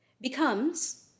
becomes